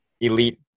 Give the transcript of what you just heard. elite